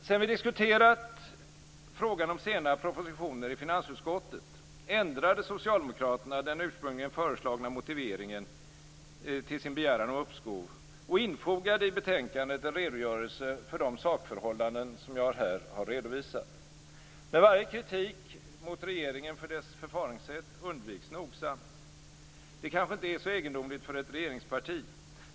Sedan vi diskuterat frågan om sena propositioner i finansutskottet ändrade socialdemokraterna den ursprungligen föreslagna motiveringen till sin begäran om uppskov och infogade i betänkandet en redogörelse för de sakförhållanden som jag här har redovisat. Men varje kritik mot regeringen för dess förfaringssätt undviks nogsamt. Det kanske inte är så egendomligt för ett regeringsparti.